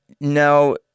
Now